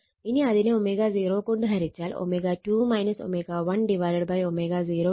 ഇനി ഇതിനെ ω0 കൊണ്ട് ഹരിച്ചാൽ ω2 ω1 ω0 ω0 CR എന്ന് ലഭിക്കും